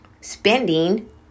spending